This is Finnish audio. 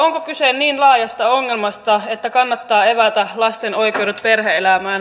onko kyse niin laajasta ongelmasta että kannattaa evätä lasten oikeudet perhe elämään